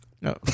No